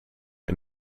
een